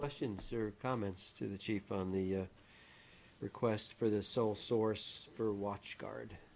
lessons or comments to the chief on the request for the sole source for watch guard